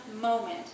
moment